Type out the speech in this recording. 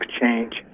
change